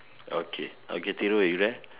okay okay Thiru is there